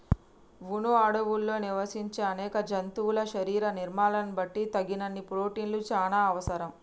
వును అడవుల్లో నివసించే అనేక జంతువుల శరీర నిర్మాణాలను బట్టి తగినన్ని ప్రోటిన్లు చానా అవసరం